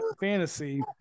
fantasy